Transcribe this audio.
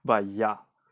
but ya